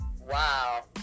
Wow